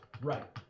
right